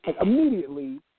immediately